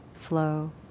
flow